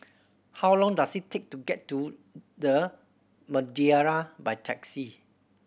how long does it take to get to The Madeira by taxi